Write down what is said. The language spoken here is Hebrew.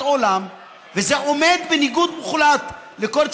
עולם וזה עומד בניגוד מוחלט לכל תפיסה,